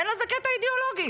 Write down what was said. אין לזה קטע אידיאולוגי.